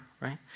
right